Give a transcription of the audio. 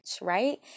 right